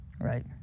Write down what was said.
right